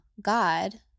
God